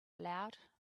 aloud